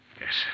Yes